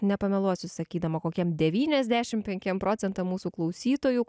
nepameluosiu sakydama kokiem devyniasdešimt penkiem procentam mūsų klausytojų